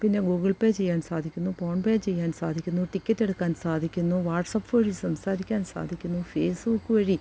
പിന്നെ Google Pay ചെയ്യാൻ സാധിക്കുന്നു ഫോൺ പേ ചെയ്യാൻ സാധിക്കുന്നു ടിക്കറ്റ് എടുക്കാൻ സാധിക്കുന്നു വാട്സാപ്പ് വഴി സംസാരിക്കാൻ സാധിക്കുന്നു ഫേസ്ബുക്ക് വഴി